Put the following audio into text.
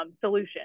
solution